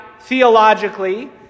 theologically